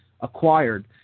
acquired